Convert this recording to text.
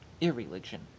irreligion